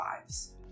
lives